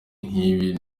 nk’ibi